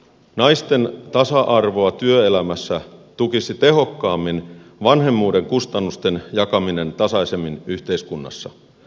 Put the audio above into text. naisten tasa arvoa työelämässä tukisi tehokkaammin vanhemmuuden kustannusten jakaminen tasaisemmin yhteiskunnassa